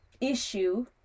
issue